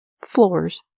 floors